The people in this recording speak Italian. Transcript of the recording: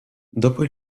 dopo